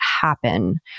happen